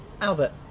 Albert